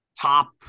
top